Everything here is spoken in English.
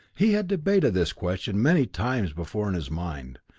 he had debated this question many times before in his mind,